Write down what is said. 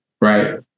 right